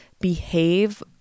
behave